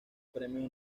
premios